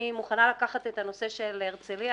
אני מוכנה לקחת לטיפולי את הנושא של הרצליה,